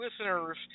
listeners